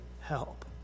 help